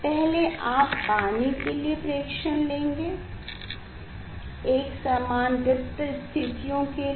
पहले आप पानी के लिए प्रेक्षण लेंगे एकसमान दीप्त स्थितयों के लिए